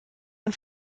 man